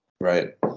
Right